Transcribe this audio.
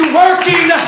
working